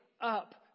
up